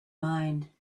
mind